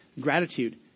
Gratitude